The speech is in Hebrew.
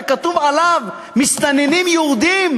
וכתוב עליו "מסתננים יהודים"